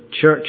church